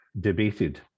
debated